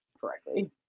correctly